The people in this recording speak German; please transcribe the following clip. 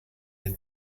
den